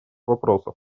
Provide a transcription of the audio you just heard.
вопросов